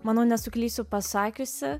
manau nesuklysiu pasakiusi